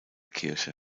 kirche